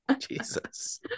Jesus